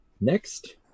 next